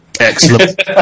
Excellent